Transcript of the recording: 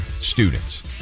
students